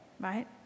right